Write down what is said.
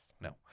no